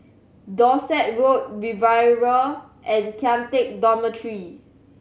Dorset Road Riviera and Kian Teck Dormitory